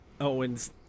Owens